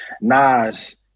Nas